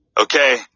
Okay